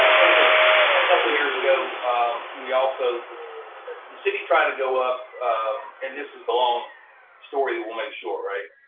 and look a couple years ago we also the city trying to go up and this is the long story we'll make sure right.